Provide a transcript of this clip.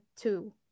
two